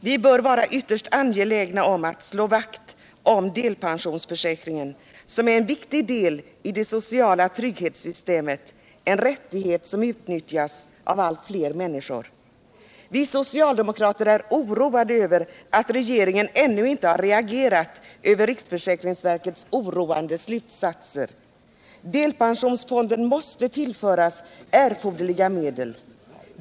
Vi bör vara yttersta angelägna om att slå vakt om delpensionsförsäkringen, som är en viktig del i sociala trygghetssystemet, en rättighet som utnyttjas av allt fler människor. Vi socialdemokrater är oroade över att regeringen ännu inte reagerat över riksförsäkringsverkets oroande slutsatser. Delpensionsfonden måste tillföras erforderliga medel.